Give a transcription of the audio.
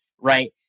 right